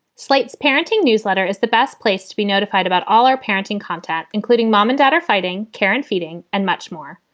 slate's parenting newsletter is the best place to be notified about all our parenting contact, including mom and dad are fighting, karen, feting and much more.